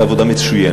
הייתה עבודה מצוינת.